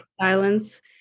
silence